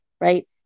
right